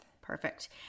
Perfect